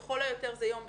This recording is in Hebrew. לכל היותר זה יום בשבוע.